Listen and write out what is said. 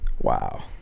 Wow